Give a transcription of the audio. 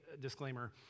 disclaimer